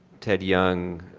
ted young,